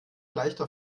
leichter